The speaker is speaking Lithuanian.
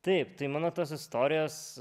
taip tai mano tos istorijos